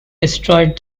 destroyed